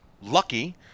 lucky